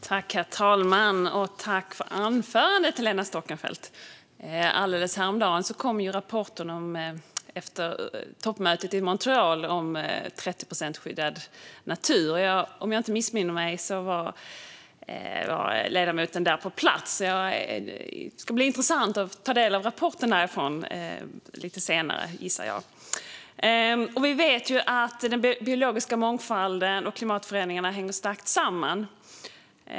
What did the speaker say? Herr talman! Tack för anförandet, Helena Storckenfeldt! Alldeles häromdagen kom rapporten efter toppmötet i Montreal om 30 procent skyddad natur. Om jag inte missminner mig var ledamoten där på plats. Det ska bli intressant att få ta del av rapporten därifrån lite senare, gissar jag. Vi vet att den biologiska mångfalden och klimatförändringarna hänger starkt samman.